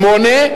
שמונה,